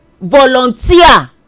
volunteer